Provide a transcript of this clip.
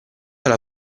alla